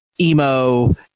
emo